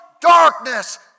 darkness